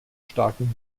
starken